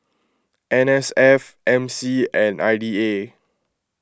N S F M C and I D A